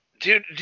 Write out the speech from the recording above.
Dude